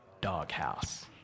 doghouse